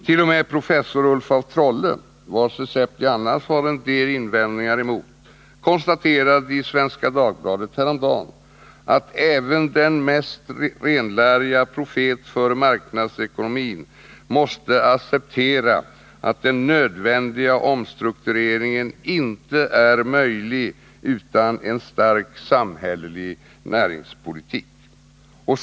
T. o. m. professor Ulf af Trolle, vars recept jag annars har en del invändningar mot, konstaterade i Svenska Dagbladet häromdagen att ”även den mest renläriga profet för marknadsekonomin måste acceptera att den nödvändiga omstruktureringen inte är möjlig utan en stark samhällelig näringspolitik”.